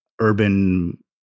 urban